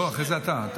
לא, אחרי זה אתה רשום.